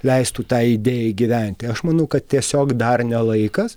leistų tai idėjai gyventi aš manau kad tiesiog dar ne laikas